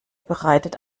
bereitet